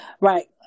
right